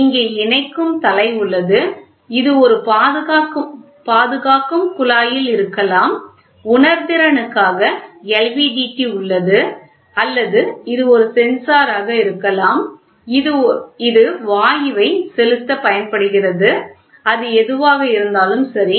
இங்கே இணைக்கும் தலை உள்ளது இது ஒரு பாதுகாக்கும் குழாயில் இருக்கலாம் உணர்திறனுக்காக LVDT உள்ளது அல்லது இது ஒரு சென்சாராக இருக்கலாம் இது வாயுவைக் செலுத்த பயன்படுகிறது அது எதுவாக இருந்தாலும் சரி